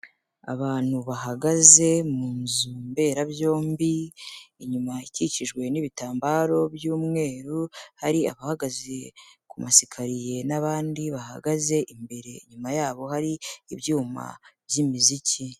Abantu bahagaze mu nzu mberabyombi, inyuma ikikijwe n'ibitambaro by'umweru hari abahagaze ku masikariye n'abandi bahagaze imbere inyuma yabo hari ibyuma by'imiziki.